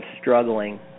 struggling